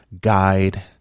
Guide